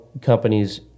companies